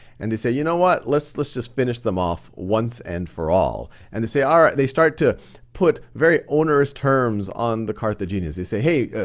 and they say, you know what, let's let's just finish them off once and for all. and they say, all right. they start to put very onerous terms on the carthaginians. they say, hey,